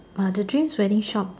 the dreams wedding shop